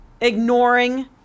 Ignoring